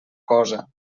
cosa